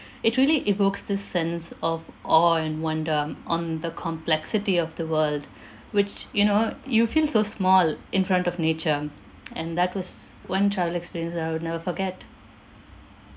it really evokes the sense of awe and wonder on the complexity of the world which you know you feel so small in front of nature and that was one travel experience that I would never forget